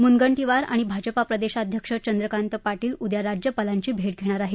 मुनगंटीवार आणि भाजपा प्रदेशाध्यक्ष चंद्रकांत पाटील उद्या राज्यपालांची भेट घेणार आहेत